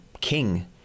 king